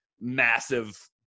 massive